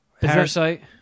parasite